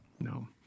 No